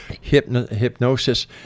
hypnosis